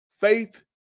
faith